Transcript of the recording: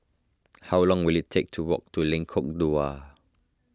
how long will it take to walk to Lengkok Dua